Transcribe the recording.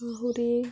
ଆହୁରି